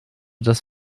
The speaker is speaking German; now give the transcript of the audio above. das